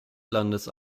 landes